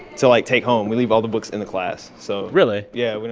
so like, take home. we leave all the books in the class, so. really? yeah. we